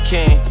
King